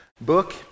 book